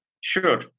Sure